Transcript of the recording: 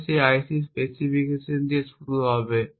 তবে এটি সেই আইসিটির স্পেসিফিকেশন দিয়ে শুরু হবে